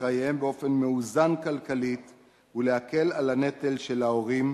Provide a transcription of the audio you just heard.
חייהם באופן מאוזן כלכלית ולהקל את הנטל של ההורים,